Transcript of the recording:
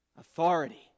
Authority